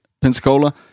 Pensacola